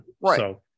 Right